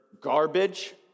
garbage